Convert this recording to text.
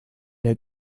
der